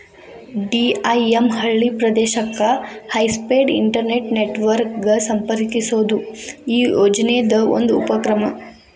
DIM ಹಳ್ಳಿ ಪ್ರದೇಶಕ್ಕೆ high speed internet network ಗ ಸಂಪರ್ಕಿಸೋದು ಈ ಯೋಜನಿದ್ ಒಂದು ಉಪಕ್ರಮ